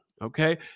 Okay